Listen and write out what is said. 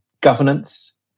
governance